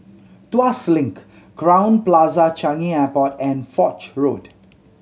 Tuas Link Crowne Plaza Changi Airport and Foch Road